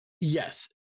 Yes